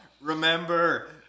remember